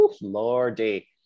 Lordy